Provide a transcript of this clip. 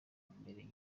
mbere